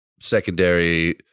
secondary